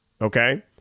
Okay